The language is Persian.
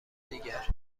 دیگر